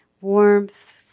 warmth